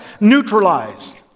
neutralized